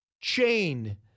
chain